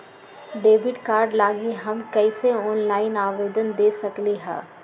Debit card लागी हम कईसे ऑनलाइन आवेदन दे सकलि ह?